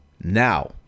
now